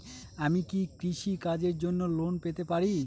আমি কি কৃষি কাজের জন্য লোন পেতে পারি?